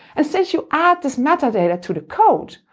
ah since you add this metadata to the code,